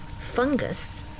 Fungus